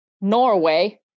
Norway